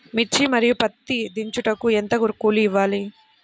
మిర్చి మరియు పత్తి దించుటకు ఎంత కూలి ఇవ్వాలి?